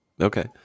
Okay